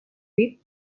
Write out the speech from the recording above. with